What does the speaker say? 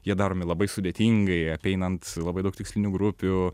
jie daromi labai sudėtingai apeinant labai daug tikslinių grupių